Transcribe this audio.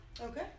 Okay